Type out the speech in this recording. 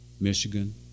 Michigan